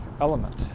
element